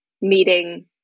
meeting